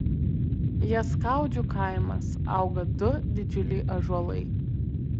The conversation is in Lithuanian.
jaskaudžių kaimas auga du didžiuliai ąžuolai